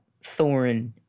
Thorin